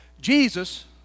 Jesus